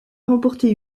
remporté